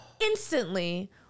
instantly